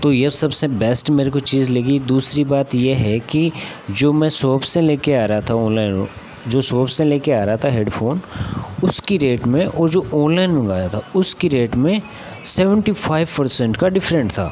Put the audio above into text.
तो यह सबसे बेस्ट मेरे को चीज़ लगी दूसरी बात यह है कि जो मैं सॉप से लेकर आ रहा था ऑनलाइन वो जो सॉप से लेकर आ रहा था हेडफ़ोन उसकी रेट में और जो ऑनलाइन मँगाया था उसके रेट में सेवेन्टी फ़ाइव पर्सेंट का डिफ़रेंट था